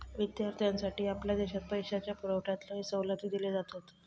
विद्यार्थ्यांसाठी आपल्या देशात पैशाच्या पुरवठ्यात लय सवलती दिले जातत